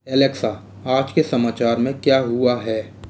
Alexa आज के समाचार में क्या हुआ है